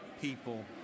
people